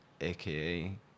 aka